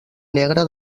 negre